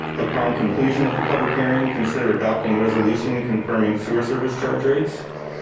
upon conclusion of the public hearing, consider adopting resolution confirming sewer service charge rates,